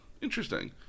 interesting